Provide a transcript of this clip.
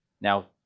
Now